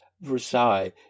Versailles